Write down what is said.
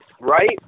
Right